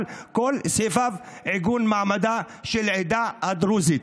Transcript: על כל סעיפי עיגון מעמדה של העדה הדרוזית,